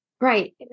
Right